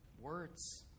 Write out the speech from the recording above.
words